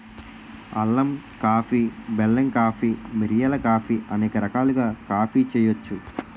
అల్లం కాఫీ బెల్లం కాఫీ మిరియాల కాఫీ అనేక రకాలుగా కాఫీ చేయొచ్చు